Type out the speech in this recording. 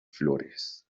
flores